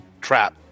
trap